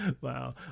Wow